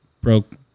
broke